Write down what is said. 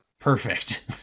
Perfect